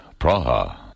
Praha